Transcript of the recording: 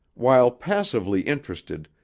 while passively interested,